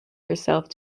herself